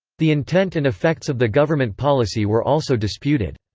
the intent and effects of the government policy were also disputed.